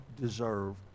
deserve